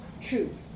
truth